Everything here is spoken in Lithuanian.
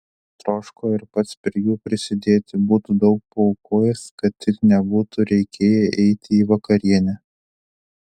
troško ir pats prie jų prisidėti būtų daug paaukojęs kad tik nebūtų reikėję eiti į vakarienę